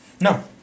No